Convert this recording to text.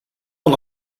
von